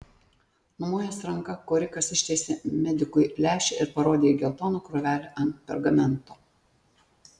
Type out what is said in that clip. numojęs ranka korikas ištiesė medikui lęšį ir parodė į geltoną krūvelę ant pergamento